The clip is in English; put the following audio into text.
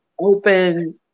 open